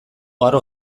gaur